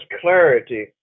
clarity